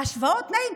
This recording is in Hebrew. השוואות תנאים,